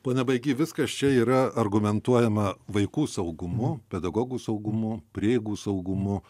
pone baigy viskas čia yra argumentuojama vaikų saugumu pedagogų saugumu prieigų saugumu